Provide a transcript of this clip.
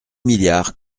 milliards